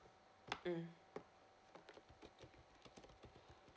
mm